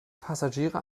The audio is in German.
passagiere